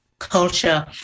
culture